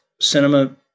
cinema